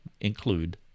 include